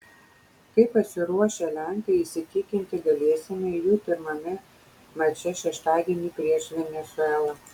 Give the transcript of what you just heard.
kaip pasiruošę lenkai įsitikinti galėsime jų pirmame mače šeštadienį prieš venesuelą